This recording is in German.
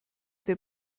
der